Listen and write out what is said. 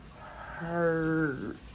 hurt